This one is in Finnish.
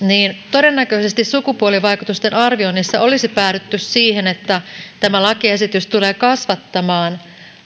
todennäköisesti sukupuolivaikutusten arvioinnissa olisi päädytty siihen että tämä lakiesitys tulee kasvattamaan